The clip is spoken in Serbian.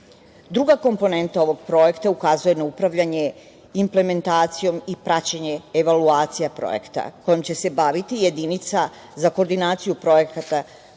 komponenta ovog projekta ukazuje na upravljanje implementacijom i praćenje evaluacija projekta, kojom će se baviti jedinica za koordinaciju projekta